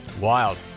Wild